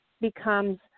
becomes